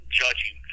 judging